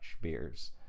beers